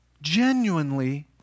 genuinely